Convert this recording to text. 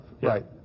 Right